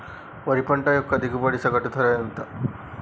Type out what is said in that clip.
వరి పంట యొక్క దిగుబడి సగటు ధర ఎంత?